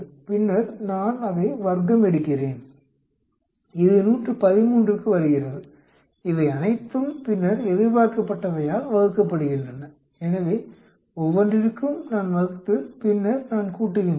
பின்னர் நான் அதை வர்க்கமெடுக்கிறேன் இது 113 க்கு வருகிறது இவையனைத்தும் பின்னர் எதிர்பார்க்கப்பட்டவையால் வகுக்கப்படுகின்றன எனவே ஒவ்வொன்றிற்கும் நான் வகுத்து பின்னர் நான் கூட்டுகின்றேன்